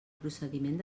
procediment